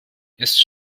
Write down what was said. ist